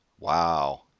Wow